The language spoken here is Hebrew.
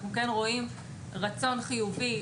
אנחנו רואים רצון חיובי.